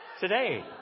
Today